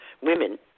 women